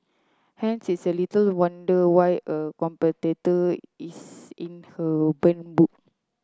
hence it's a little wonder why a competitor is in her burn book